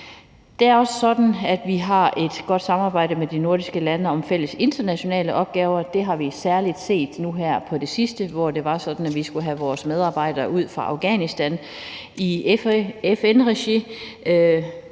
Det er også sådan, at vi har et godt samarbejde med de nordiske lande om fælles internationale opgaver. Det har vi særlig set her på det sidste, hvor vi skulle have vores medarbejdere ud fra Afghanistan i FN-regi.